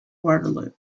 waterloo